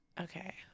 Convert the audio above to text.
Okay